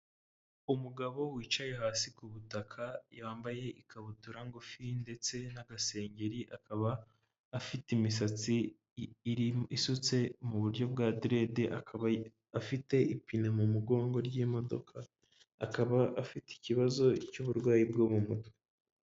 Umugabo wicaye hasi ku butaka, yambaye ikabutura ngufi ndetse n'agasengeri, akaba afite imisatsi isutse mu buryo bwa derede, akaba afite ipine mu mugongo ry'imodoka, akaba afite ikibazo cy'uburwayi bwo mu mutwe.